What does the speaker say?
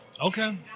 Okay